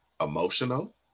emotional